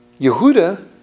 Yehuda